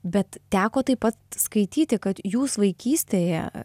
bet teko taip pat skaityti kad jūs vaikystėje